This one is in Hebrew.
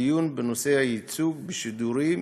דיון בנושא הייצוג בשידורים,